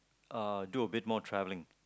uh do a bit more travelling